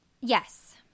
Yes